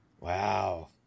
Wow